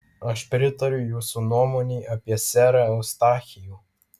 aš pritariu jūsų nuomonei apie serą eustachijų